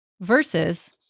versus